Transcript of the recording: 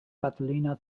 catalina